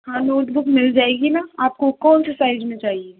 हाँ नोटबुक मिल जाएगी न आपको कौन से साइज़ में चाहिए